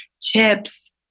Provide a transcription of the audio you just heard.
chips